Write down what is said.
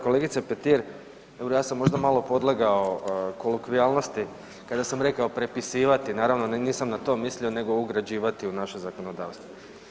Kolegice Petir, evo ja sam možda malo podlegao kolokvijalnosti kada sam rekao prepisivati, naravno nisam na to mislio nego ugrađivati u naše zakonodavstvo.